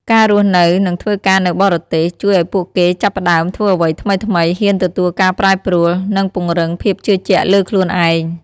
ការរស់នៅនិងធ្វើការនៅបរទេស ជួយអោយពួកគេចាប់ផ្តើមធ្វើអ្វីថ្មីៗ ហ៊ានទទួលការប្រែប្រួល និងពង្រឹងភាពជឿជាក់លើខ្លួនឯង។